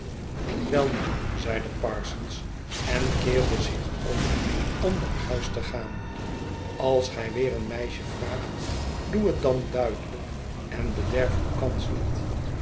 welnu zei parsons en keerde zich om om naar huis te gaan als gij weer een meisje vraagt doe het dan duidelijk en bederf uw kans niet